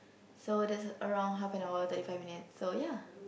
so that's around half an hour thirty five minutes so ya